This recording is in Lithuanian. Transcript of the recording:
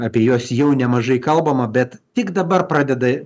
apie juos jau nemažai kalbama bet tik dabar pradeda